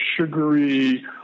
sugary